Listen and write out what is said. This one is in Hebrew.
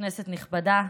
כנסת נכבדה,